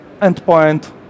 endpoint